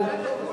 תן לכולם פטור.